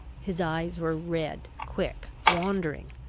his eyes were red, quick, wandering,